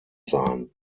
sein